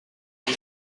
one